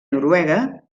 noruega